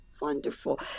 wonderful